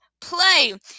play